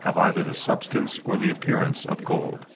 have either the substance or the appearance of gold